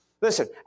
Listen